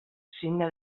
signe